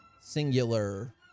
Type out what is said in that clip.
singular